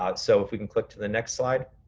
um so if we can click to the next slide.